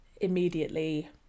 immediately